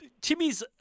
Timmy's